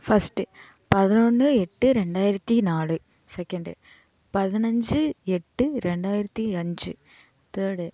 first பதினொன்னு எட்டு ரெண்டாயிரத்தி நாலு செக்கெண்டு பதினஞ்சு எட்டு ரெண்டாயிரத்தி அஞ்சு தேர்டு